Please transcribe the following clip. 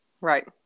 Right